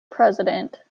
president